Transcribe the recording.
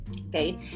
okay